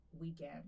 weekend